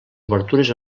obertures